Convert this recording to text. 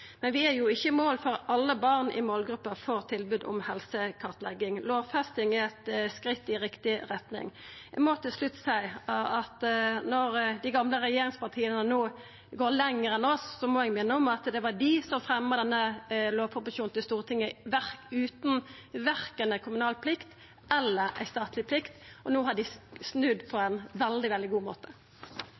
Men vi er ikkje i mål før alle barn i målgruppa får tilbod om helsekartlegging. Lovfesting er eit skritt i riktig retning. Eg må til slutt seia at når dei gamle regjeringspartia no går lenger enn oss, må eg minna om at det var dei som fremja denne lovproposisjonen til Stortinget utan verken ei kommunal eller Presidenten: statleg plikt. No har dei snudd på ein veldig, veldig god måte.